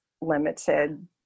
limited